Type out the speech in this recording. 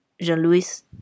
Jean-Louis